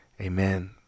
Amen